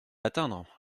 atteindre